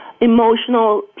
emotional